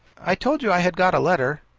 i told you i had got a letter.